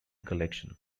collection